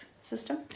system